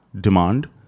demand